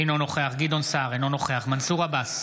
אינו נוכח גדעון סער, אינו נוכח מנסור עבאס,